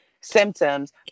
symptoms